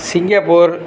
Singapore